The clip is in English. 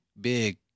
big